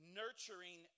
nurturing